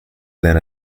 then